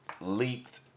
leaked